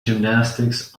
gymnastics